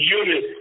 unit